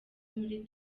muri